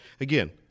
Again